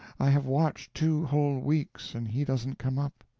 i have watched two whole weeks, and he doesn't come up!